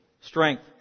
Strength